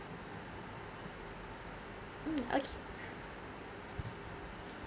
mm okay